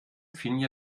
finja